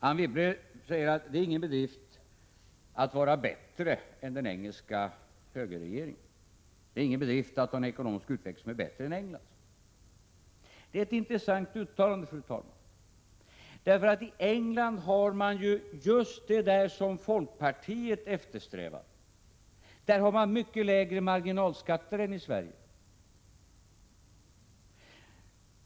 Anne Wibble säger att det inte är någon bedrift att vara bättre än den engelska högerregeringen, att ha en ekonomisk utredning som är bättre än Englands. Det är ett intressant uttalande, fru talman. I England har man nämligen just det som folkpartiet eftersträvar, nämligen mycket lägre marginalskatter än i Sverige.